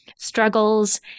Struggles